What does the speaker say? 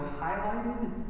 highlighted